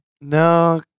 No